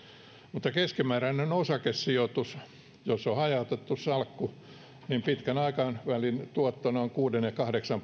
mutta keskimääräisessä osakesijoituksessa jos on hajautettu salkku pitkän aikavälin tuotto on kuusi viiva kahdeksan